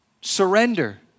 Surrender